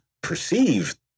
perceive